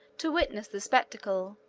to witness the spectacle,